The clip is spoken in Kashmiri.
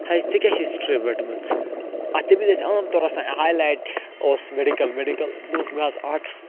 ہے ژےٚ کیٛاہ چھِ سٹرٛیٖم رٔٹمٕژ اَ تمہِ وِزِ ٲسۍ عام طور آسان ہاے لایِٹ اوس مٮ۪ڈِکٕل مٮ۪ڈِکٕل دوٚپمس مےٚ حظ آٹٕس